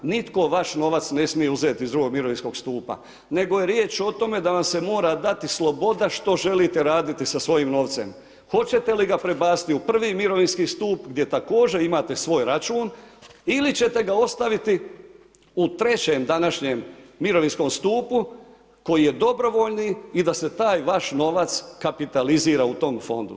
Nitko vaš novac ne smije uzeti iz drugog mirovinskog stupa, nego je riječ o tome da vam se mora dati sloboda što želite raditi sa svojim novcem, hoćete li ga prebaciti u prvi mirovinski stup gdje također imate svoj račun ili ćete ga ostaviti u trećem današnjem mirovinskom stupu koji je dobrovoljni i da se taj vaš novac kapitalizira u tom fondu.